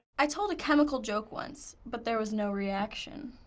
i told a chemical joke once, but there was no reaction.